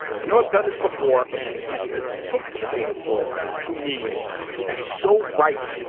i know i've done this before. it's just so painful to me to be so right,